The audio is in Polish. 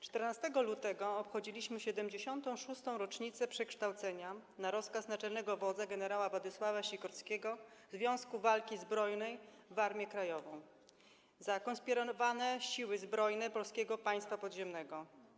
14 lutego obchodziliśmy 76. rocznicę przekształcenia, na rozkaz naczelnego wodza gen. Władysława Sikorskiego, Związku Walki Zbrojnej w Armię Krajową - zakonspirowane siły zbrojne Polskiego Państwa Podziemnego.